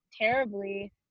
terribly